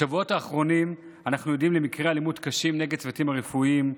בשבועות האחרונים אנחנו עדים למקרי אלימות קשים נגד הצוותים הרפואיים.